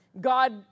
God